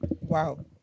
Wow